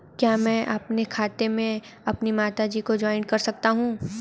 क्या मैं अपने खाते में अपनी माता जी को जॉइंट कर सकता हूँ?